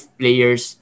players